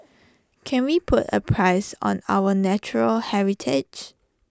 can we put A price on our natural heritage